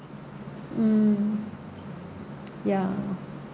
mm ya